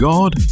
God